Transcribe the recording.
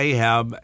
Ahab